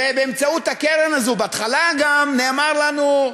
ובאמצעות הקרן הזו, בהתחלה גם נאמר לנו: